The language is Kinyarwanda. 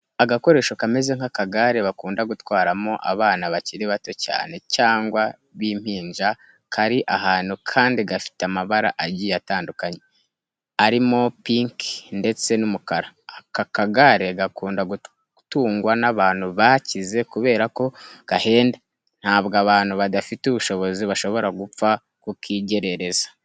Agakoresho kameze nk'akagare bakunda gutwaramo abana bakiri batoya cyane cyangwa b'impinja kari ahantu kandi gafite amabara agiye atandukanye, arimo pinki ndetse n'umukara. Aka kagare gakunda gutungwa n'abantu bakize kubera ko gahenda, ntabwo abantu badafite ubushobozi bashobora gupfa kukigerereza.